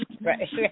right